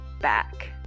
back